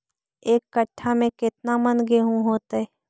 एक कट्ठा में केतना मन गेहूं होतै?